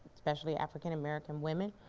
especially african-american women.